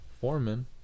Foreman